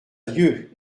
dieu